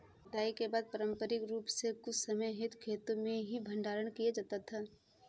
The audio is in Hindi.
कटाई के बाद पारंपरिक रूप से कुछ समय हेतु खेतो में ही भंडारण किया जाता था